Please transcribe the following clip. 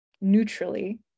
neutrally